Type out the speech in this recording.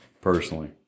personally